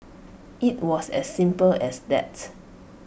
IT was as simple as that